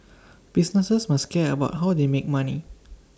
businesses must care about how they make money